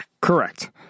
Correct